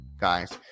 guys